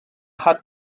hat